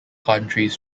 countries